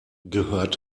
gehört